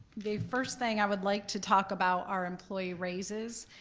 the first thing i would like to talk about are employee raises.